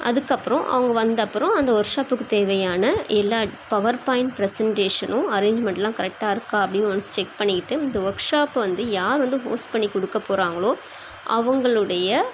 அதுக்கப்புறம் அவங்க வந்தப்புறம் அந்த ஒர்க் ஷாப்புக்கு தேவையான எல்லா பவர்பாயிண்ட் ப்ரெசென்ட்டேஷனும் அரேஞ்ச்மெண்ட்லாம் கரெக்டாக இருக்கா அப்படின்னு ஒன்ஸ் செக் பண்ணிட்டு இந்த ஒர்க் ஷாப் வந்து யார் வந்து ஹோஸ்ட் பண்ணி கொடுக்க போகிறாங்களோ அவங்களுடைய